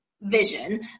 vision